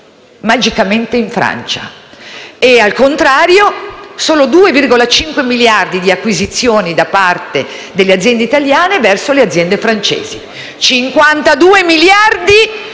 magicamente in Francia. Al contrario, solo 2,5 miliardi di euro di acquisizioni da parte delle aziende italiane verso le aziende francesi: 52 miliardi